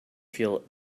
feel